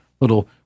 little